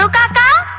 so da da